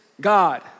God